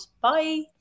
Bye